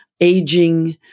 aging